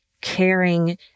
caring